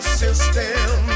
system